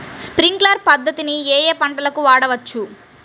Sprinkler పద్ధతిని ఏ ఏ పంటలకు వాడవచ్చు?